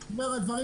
לדעתי,